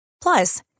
Plus